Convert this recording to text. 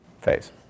phase